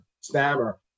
Stammer